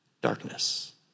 darkness